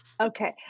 Okay